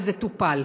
וזה טופל.